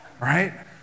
right